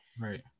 right